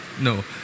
No